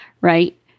Right